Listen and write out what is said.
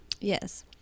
Yes